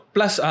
Plus